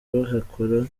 bahakora